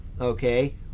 okay